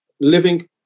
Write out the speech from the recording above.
living